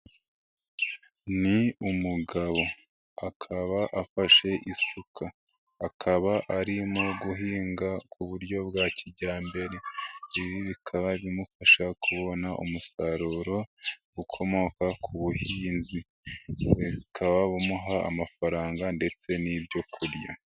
Ni umugabo akaba afashe isuka, akaba arimo guhinga ku buryo bwa kijyambere, ibi bikaba bimufasha kubona umusaruro ukomoka ku buhinzi bukaba bumuha amafaranga ndetse n'ibyo kurya.